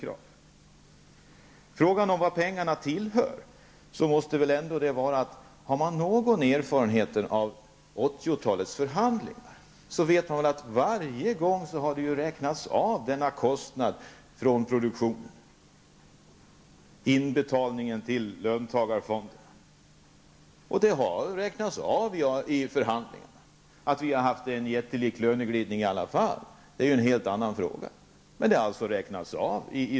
Vad gäller frågan vilka dessa pengar tillhör känner väl alla som har någon erfarenhet av 80-talets förhandlingar till att löntagarfondsinbetalningarna i varje förhandling har räknats av mot intäkterna från produktionen. Att vi ändå har haft en jättestor löneglidning är en helt annan fråga.